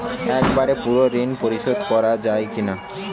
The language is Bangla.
একবারে পুরো ঋণ পরিশোধ করা যায় কি না?